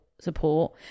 support